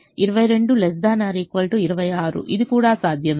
22 ≤ 26 ఇది కూడా సాధ్యమే